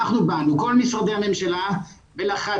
אנחנו באנו, כל משרדי הממשלה ולחצנו.